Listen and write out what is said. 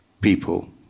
people